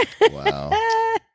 Wow